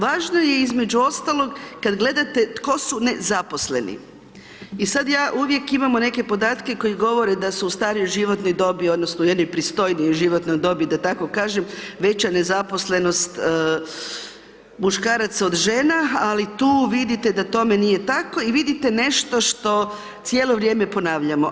Važno je između ostalog kad gledate tko su nezaposleni i sad ja uvijek imamo neke podatke koji govore da su u starijoj životnoj dobi, odnosno jednoj pristojnijoj životnoj dobi da tako kažem veća nezaposlenost muškaraca od žena, ali tu vidite da tome nije tako i vidite nešto što cijelo vrijeme ponavljamo.